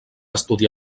estudi